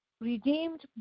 redeemed